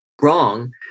wrong